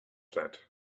that